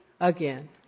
Again